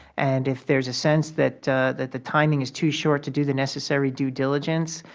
and if there is a sense that that the timing is too short to do the necessary due diligence,